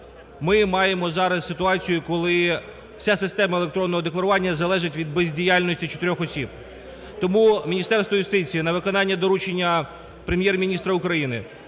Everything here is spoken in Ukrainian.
ми маємо зараз ситуацію, коли вся система електронного декларування залежить від бездіяльності чотирьох осіб. Тому Міністерство юстиції на виконання доручення Прем’єр-міністра України